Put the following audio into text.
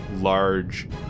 large